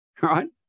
right